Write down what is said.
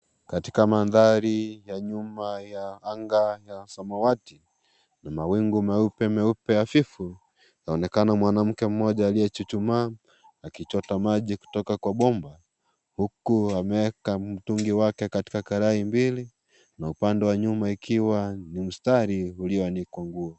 Katika mandari ya nyuma ya anga ya samawati mawingu meupe meupe hafivu yaonekana mwanamke aliyechuchumaa akichota maji kutoka kwa bomba, huku ameeka mtungi wake katika karai mbili na upande wa nyuma ikiwa ni msitari ulioanikwa nguo.